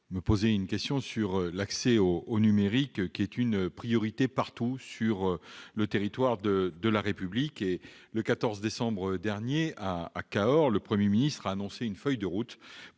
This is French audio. Monsieur le sénateur, l'accès au numérique est une priorité partout sur le territoire de la République. Le 14 décembre dernier, à Cahors, le Premier ministre a annoncé une feuille de route